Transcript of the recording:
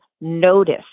notice